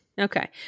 Okay